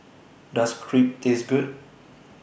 Does Crepe Taste Good